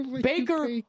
Baker